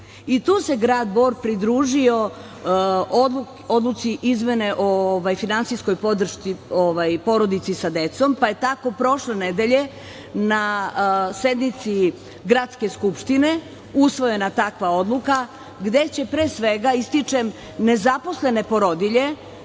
Tu se grad Bor pridružio odluci izmene o finansijskoj podršci porodici sa decom, pa je tako prošle nedelje na sednici gradske skupštine usvojena takva odluka, gde će pre svega, ističem, nezaposlene porodilje